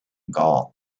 gaul